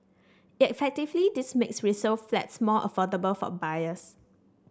effectively this makes resale flats more affordable for buyers